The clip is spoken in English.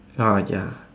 uh ya